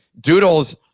Doodles